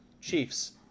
Chiefs